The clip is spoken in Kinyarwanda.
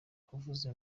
kuvuza